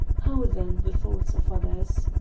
how, then, the thoughts of others!